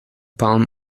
palm